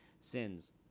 sins